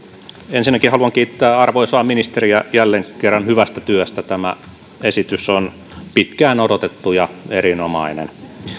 ensinnäkin haluan kiittää arvoisaa ministeriä jälleen kerran hyvästä työstä tämä esitys on pitkään odotettu ja erinomainen